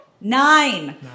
Nine